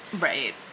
Right